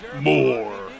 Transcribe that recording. more